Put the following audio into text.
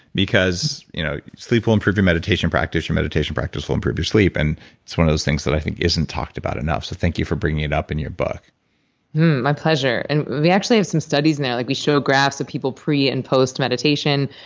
because you know sleep will improve your meditation practice. your meditation practice will improve your sleep. and it's one of those things that i think isn't talked about enough, so thank you for bringing it up in your book my pleasure. and we actually have some studies now. like we show graphs of people pre and post-meditation,